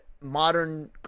modern